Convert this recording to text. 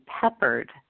peppered